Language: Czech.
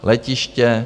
Letiště.